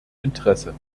interesse